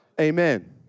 Amen